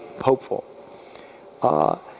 hopeful